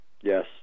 yes